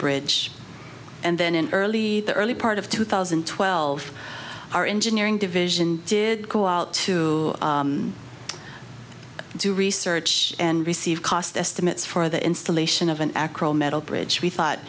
bridge and then in early the early part of two thousand and twelve our engineering division did go out to do research and receive cost estimates for the installation of an acronym metal bridge we thought